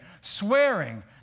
swearing